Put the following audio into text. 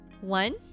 One